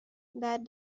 that